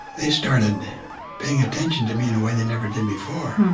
they started paying attention to me in a way they never did before.